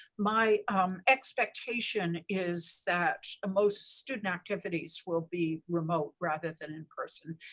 my expectation is that most student activities will be remote rather than in person,